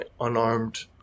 unarmed